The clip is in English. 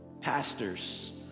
Pastors